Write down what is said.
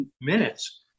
minutes